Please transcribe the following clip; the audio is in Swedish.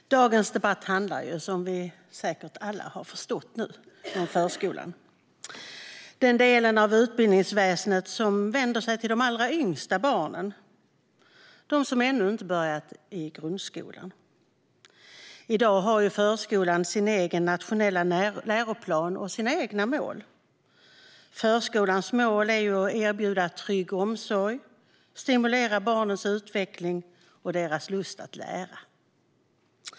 Herr talman! Dagens debatt handlar om förskolan, som vi säkert alla har förstått nu. Det är den del av utbildningsväsendet som vänder sig till de allra yngsta barnen, de som ännu inte börjat i grundskolan. I dag har förskolan sin egen nationella läroplan och sina egna mål. Förskolans mål är att erbjuda trygg omsorg och att stimulera barnens utveckling och deras lust att lära.